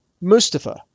Mustafa